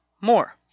more